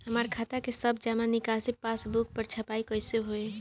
हमार खाता के सब जमा निकासी पासबुक पर छपाई कैसे होई?